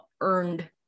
earned